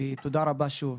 תודה רבה שוב,